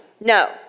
no